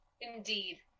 Indeed